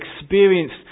experienced